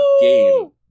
game